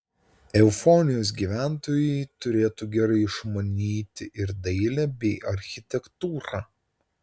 eufonijos gyventojai turėtų gerai išmanyti ir dailę bei architektūrą